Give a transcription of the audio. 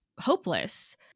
hopeless